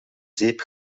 zeep